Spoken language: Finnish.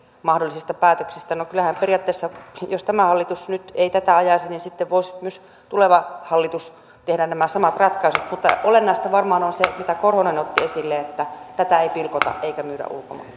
mahdollisista päätöksistä no kyllähän periaatteessa jos tämä hallitus nyt ei tätä ajaisi sitten voisi myös tuleva hallitus tehdä nämä samat ratkaisut mutta olennaista varmaan on se mitä korhonen otti esille että tätä ei pilkota eikä myydä